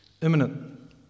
imminent